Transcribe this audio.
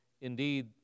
indeed